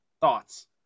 Thoughts